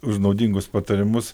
už naudingus patarimus